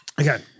Okay